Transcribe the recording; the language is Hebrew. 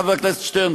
חבר הכנסת שטרן,